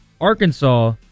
Arkansas